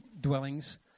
dwellings